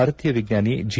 ಭಾರತೀಯ ವಿಜ್ಞಾನಿ ಜಿ